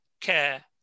care